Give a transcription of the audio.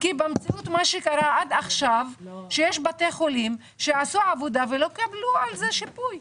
כי במציאות עד עכשיו יש בתי חולים שעשו עבודה ולא קיבלו על זה שיפוי.